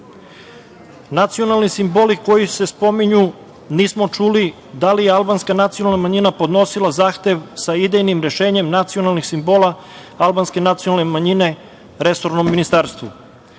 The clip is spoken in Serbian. terenu. Nacionalni simboli koji se spominju, nismo čuli da li je albanska nacionalna manjina podnosila zahtev sa idejnim rešenjem nacionalnih simbola albanske nacionalne manjine resornom ministarstvu. Albanska